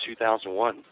2001